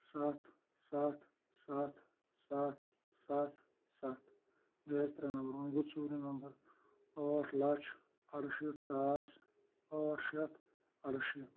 سَتھ سَتھ سَتھ سَتھ سَتھ سَتھ گٔے حظ ترٛےٚ نَمبَر وۄنۍ گوٚو ژوٗرِم نمبر ٲٹھ لچھ اَرشیٖتھ ساس ٲٹھ شیٚتھ اَرشیٖتھ